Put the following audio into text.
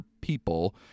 people